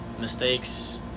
mistakes